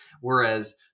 Whereas